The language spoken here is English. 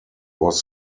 was